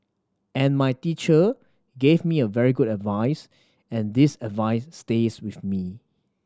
and my teacher gave me a very good advice and this advice stays with me